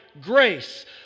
grace